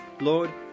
Lord